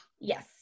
Yes